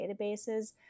databases